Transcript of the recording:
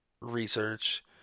research